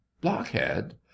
blockhead